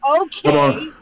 okay